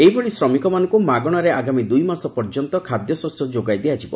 ଏହିଭଳି ଶ୍ରମିକମାନଙ୍କୁ ମାଗଣାରେ ଆଗାମୀ ଦୁଇମାସ ପର୍ଯ୍ୟନ୍ତ ଖାଦ୍ୟଶସ୍ୟ ଯୋଗାଇ ଦିଆଯିବ